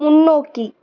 முன்னோக்கி